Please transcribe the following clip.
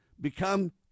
become